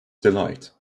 delight